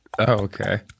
okay